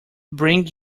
bring